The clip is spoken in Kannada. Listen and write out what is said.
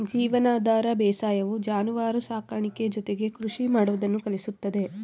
ಜೀವನಾಧಾರ ಬೇಸಾಯವು ಜಾನುವಾರು ಸಾಕಾಣಿಕೆ ಜೊತೆಗೆ ಕೃಷಿ ಮಾಡುವುದನ್ನು ಕಲಿಸುತ್ತದೆ